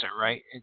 right